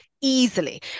easily